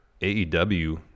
AEW